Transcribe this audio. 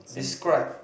describe